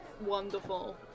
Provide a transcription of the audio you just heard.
wonderful